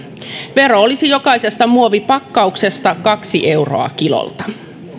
vero olisi jokaisesta muovipakkauksesta kaksi euroa kilolta